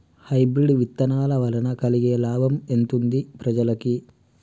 Hybrid విత్తనాల వలన కలిగే లాభం ఎంతుంది ప్రజలకి?